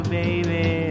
baby